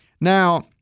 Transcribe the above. Now